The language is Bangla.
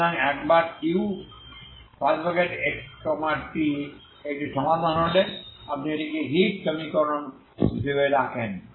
সুতরাং একবার uxtএকটি সমাধান হলে আপনি এটিকে হিট সমীকরণে রাখেন